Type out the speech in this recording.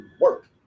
work